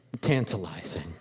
tantalizing